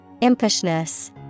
Impishness